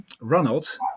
Ronald